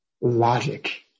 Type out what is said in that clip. logic